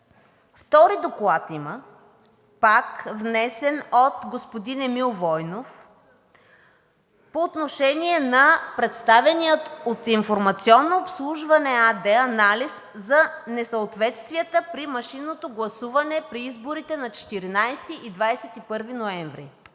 втори доклад, пак внесен от господин Емил Войнов, по отношение на представения от „Информационно обслужване“ АД анализ за несъответствията при машинното гласуване при изборите на 14 и 21 ноември.